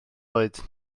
oed